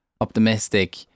optimistic